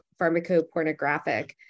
pharmacopornographic